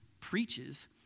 preaches